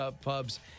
pubs